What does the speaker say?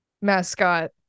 mascot